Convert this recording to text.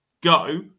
go